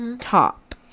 Top